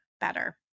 better